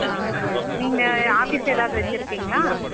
ஆ நீங்கள் ஆஃபீஸ் எதாவது வச்சுருக்கீங்களா